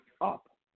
up